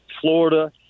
Florida